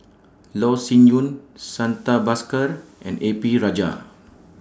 Loh Sin Yun Santha Bhaskar and A P Rajah